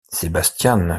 sebastian